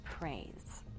praise